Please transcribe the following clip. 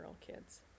kids